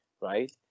right